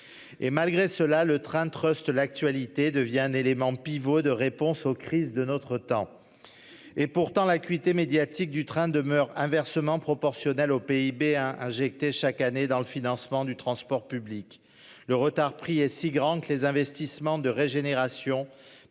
Et malgré cela le train Trust l'actualité devient un élément pivot de réponse aux crises de notre temps. Et pourtant l'acuité médiatique du train demeurent inversement proportionnel au PIB injectés chaque année dans le financement du transport public, le retard pris est si grande que les investissements de régénération